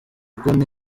konti